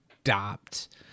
adopt